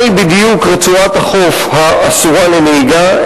מהי בדיוק רצועת החוף האסורה לנהיגה.